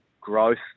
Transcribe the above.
growth